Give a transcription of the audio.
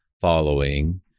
following